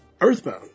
Earthbound